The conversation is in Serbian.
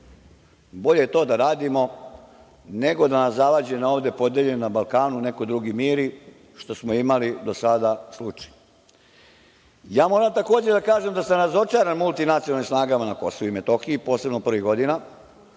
bolje to da radimo nego da nas zavađene ovde, podeljene na Balkanu, neko drugi miri, što smo imali do sada slučaj. Takođe, moram da kažem da sam razočaran multinacionalnim snagama na KiM, posebno prvih godina,